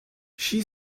she